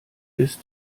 ist